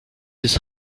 his